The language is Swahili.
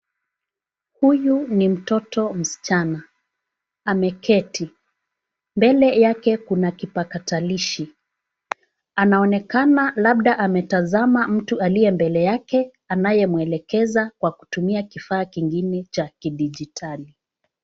Huyu ni mtoto msichana, ameketi, mbele yake kuna kipakatalishi. Anaonekana labda ametazama mtu aliye mbele yake anayemwelekeza kwa kutumia kifaa kingine cha kidijitali.